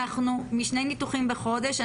אנחנו משני ניתוחים בחודש,